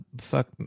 fuck